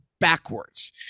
Backwards